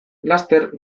laster